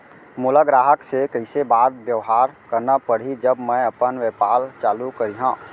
मोला ग्राहक से कइसे बात बेवहार करना पड़ही जब मैं अपन व्यापार चालू करिहा?